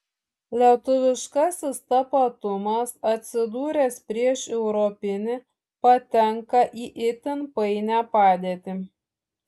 lietuviškasis tapatumas atsidūręs prieš europinį patenka į itin painią padėtį